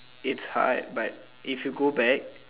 it's hard but if you go back